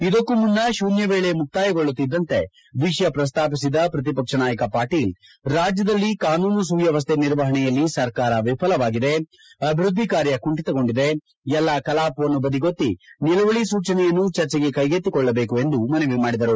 ಇದಕ್ಕೂ ಮುನ್ನ ಶೂನ್ಯ ವೇಳೆ ಮುಕ್ತಾಯಗೊಳ್ಳುತ್ತಿದ್ದಂತೆ ವಿಷಯ ಪ್ರಸ್ತಾಪಿಸಿದ ಪ್ರತಿಪಕ್ಷ ನಾಯಕ ಪಾಟೀಲ್ ರಾಜ್ಕದಲ್ಲಿ ಕಾನೂನು ಸುವ್ಕವಸ್ಥೆ ನಿರ್ವಹಣೆಯಲ್ಲಿ ಸರ್ಕಾರ ವಿಫಲವಾಗಿದೆ ಅಭಿವೃದ್ಧಿ ಕಾರ್ಯ ಕುಂಠಿತಗೊಂಡಿದೆ ಎಲ್ಲಾ ಕಲಾಪವನ್ನು ಬದಿಗೊತ್ತಿ ನಿಲುವಳಿ ಸೂಚನೆಯನ್ನು ಚರ್ಚೆಗೆ ಕೈಗೆತ್ತಿಕೊಳ್ಳಬೇಕು ಎಂದು ಮನವಿ ಮಾಡಿದರು